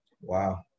Wow